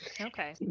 okay